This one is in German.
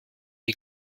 die